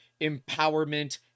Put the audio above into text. empowerment